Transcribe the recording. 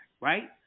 right